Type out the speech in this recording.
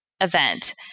event